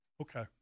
Okay